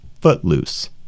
Footloose